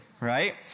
Right